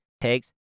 takes